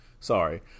Sorry